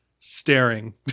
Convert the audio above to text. staring